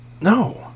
No